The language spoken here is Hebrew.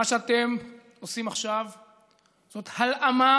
מה שאתם עושים עכשיו זאת הלאמה